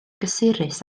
gysurus